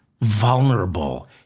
vulnerable